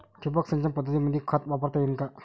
ठिबक सिंचन पद्धतीमंदी खत वापरता येईन का?